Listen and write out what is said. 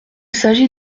s’agit